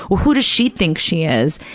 who who does she think she is?